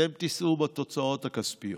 אתם תישאו בהוצאות הכספיות